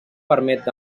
permet